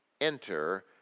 Enter